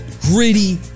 gritty